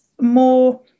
more